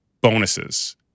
Bonuses